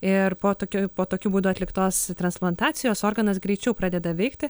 ir po tokio po tokiu būdu atliktos transplantacijos organas greičiau pradeda veikti